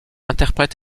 interprète